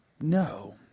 No